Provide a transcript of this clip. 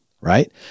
right